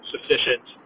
sufficient